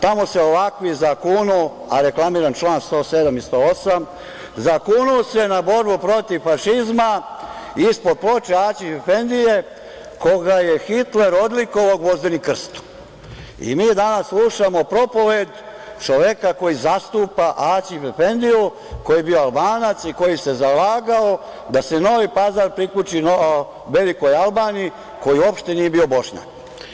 Tamo se ovakvi zakunu, a reklamiram član 107. i 108, na borbu protiv fašizma ispod ploče Aćif edfendije, koga je Hitler odlikovao „Gvozdenim krstom“ i mi danas slušamo propoved čoveka koji zastupa Aćif efendiju, koji je bio Albanac i koji se zalagao da se Novi Pazar priključi velikoj Albaniji, koji uopšte nije bio Bošnjak.